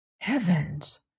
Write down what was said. Heavens